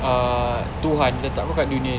ah tuhan dia tak buka dunia ni